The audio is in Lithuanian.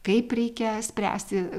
kaip reikia spręsti